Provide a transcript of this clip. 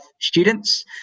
students